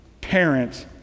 parents